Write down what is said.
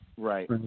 Right